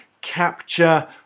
capture